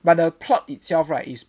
but the plot itself right is